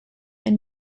and